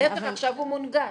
בטח עכשיו הוא מונגש,